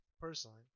personally